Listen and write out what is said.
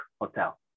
hotel